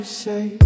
say